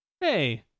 Hey